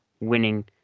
winning